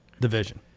division